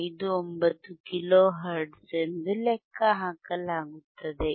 59 kilo hertz ಎಂದು ಲೆಕ್ಕಹಾಕಲಾಗುತ್ತದೆ